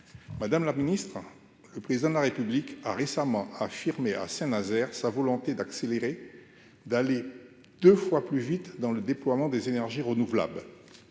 madame la Ministre, le président de la République a récemment affirmé à Saint-Nazaire sa volonté d'accélérer, d'aller 2 fois plus vite dans le déploiement des énergies renouvelables,